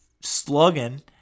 slugging